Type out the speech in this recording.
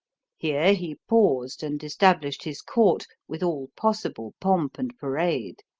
here he paused and established his court, with all possible pomp and parade.